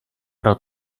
pro